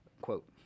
Quote